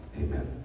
amen